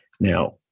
Now